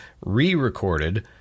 re-recorded